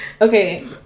Okay